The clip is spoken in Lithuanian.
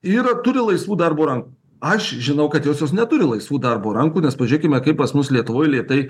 ir turi laisvų darbo ran aš žinau kad josios neturi laisvų darbo rankų nes pažėkime kaip pas mus lietuvoj lėtai